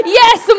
yes